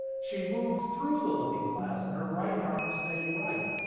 she moved through the looking-glass and her right arm stayed right.